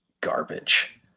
garbage